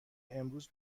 امروز